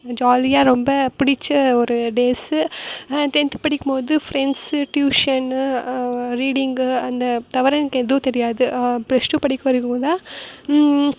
ஜாலியாக ரொம்ப பிடிச்ச ஒரு டேஸ்ஸு டென்த்து படிக்கும் போது ஃப்ரெண்ட்ஸு ட்யூஷன்னு ரீடிங்கு அந்த தவிர எனக்கு எதுவும் தெரியாது ப்ளஷ் டூ படிக்கற வரைக்கும் தான்